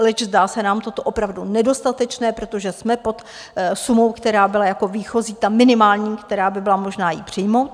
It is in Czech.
Leč zdá se nám toto opravdu nedostatečné, protože jsme pod sumou, která byla jako výchozí, ta minimální, kterou by bylo možné přijmout.